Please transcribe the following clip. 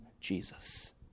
Jesus